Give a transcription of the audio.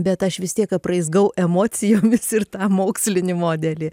bet aš vis tiek apraizgau emocijomis ir tą mokslinį modelį